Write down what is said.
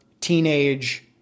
teenage